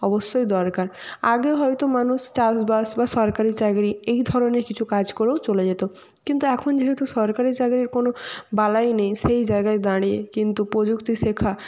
অবশ্যই দরকার আগে হয়তো মানুষ চাষবাস বা সরকারি চাকরি এই ধরনের কিছু কাজ করেও চলে যেত কিন্তু এখন যেহেতু সরকারি চাকরির কোনও বালাই নেই সেই জায়গায় দাঁড়িয়ে কিন্তু প্রযুক্তি শেখা